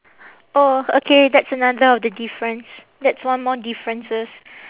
oh okay that's another of the difference that's one more differences